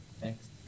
Thanks